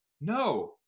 No